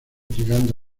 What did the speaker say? llegando